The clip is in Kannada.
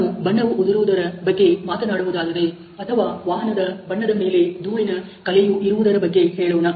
ನಾನು ಬಣ್ಣವು ಉದುರುವುದರ ಬಗ್ಗೆ ಮಾತನಾಡುವುದಾದರೆ ಅಥವಾ ವಾಹನದ ಬಣ್ಣದ ಮೇಲೆ ಧೂಳಿನ ಕಲೆಯು ಇರುವುದರ ಬಗ್ಗೆ ಹೇಳೋಣ